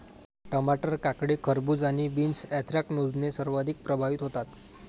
टमाटर, काकडी, खरबूज आणि बीन्स ऍन्थ्रॅकनोजने सर्वाधिक प्रभावित होतात